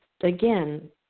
again